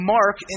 Mark